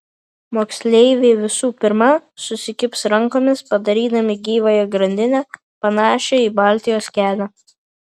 moksleiviai visų pirma susikibs rankomis padarydami gyvąją grandinę panašią į baltijos kelią